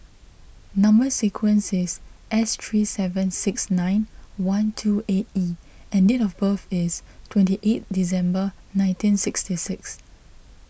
Number Sequence is S three seven six nine one two eight E and date of birth is twenty eight December nineteen sixty six